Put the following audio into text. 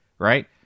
right